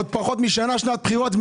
עוד פחות משנה יש שנת בחירות,